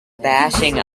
bashing